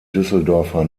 düsseldorfer